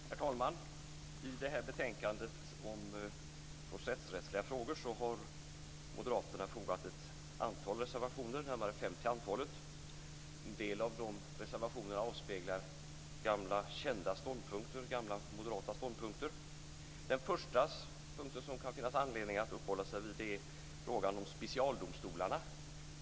Herr talman! Till det här betänkandet om processrättsliga frågor har moderaterna fogat fem reservationer. En del av de reservationerna avspeglar gamla kända moderata ståndpunkter. Den första punkt som det kan finnas anledning att uppehålla sig vid gäller specialdomstolarna.